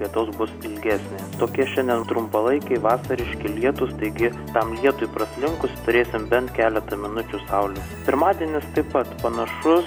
lietaus bus ilgesnė tokie šiandien trumpalaikiai vasariški lietūs taigi tam lietui praslinkus turėsim bent keletą minučių saulė pirmadienis taip pat panašus